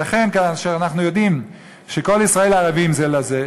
לכן, כאשר אנחנו יודעים שכל ישראל ערבים זה לזה,